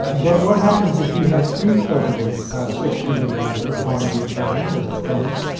but what happens if you had three children sixteen or younger on the return as dependents,